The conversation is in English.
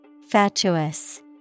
Fatuous